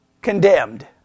condemned